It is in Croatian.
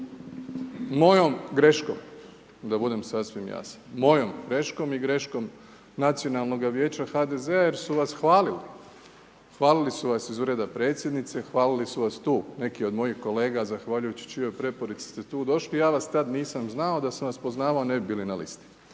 mojom greškom da budem sasvim jasan, mojom greškom i greškom nacionalnoga vijeća HDZ-a jer su vas hvalili, hvalili su vas iz ureda predsjednica, hvalili su vas tu neki od mojih kolega zahvaljujući čijoj preporuci ste tu došli, ja vas tad nisam znao, da sam vas poznavao ne bi bili na listi